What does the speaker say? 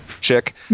chick